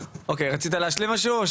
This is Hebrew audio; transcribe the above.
אוקיי, ירון רצית להשלים משהו?